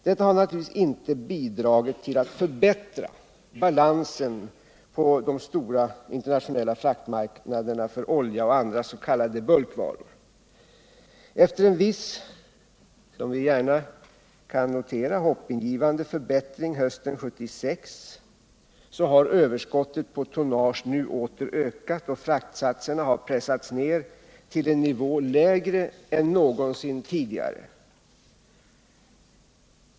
Detta har naturligtvis inte bidragit till att förbättra balansen på de stora internationella fraktmarknaderna för olja och andra s.k. bulkvaror. Efter en viss hoppingivande förbättring — som vi gärna kan notera — hösten 1976 har överskottet på tonnage nu åter ökat, och fraktsatserna har pressats ned till en nivå som är lägre än någonsin tidigare.